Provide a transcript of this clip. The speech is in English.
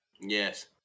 Yes